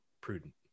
prudent